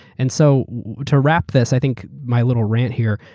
and so to wrap this, i think my little rant here,